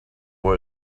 boy